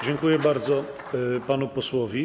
Dziękuję bardzo panu posłowi.